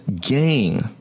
gang